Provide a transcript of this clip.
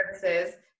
services